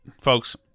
folks